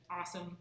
awesome